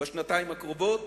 בשנתיים הקרובות